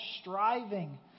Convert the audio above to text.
striving